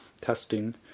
Testing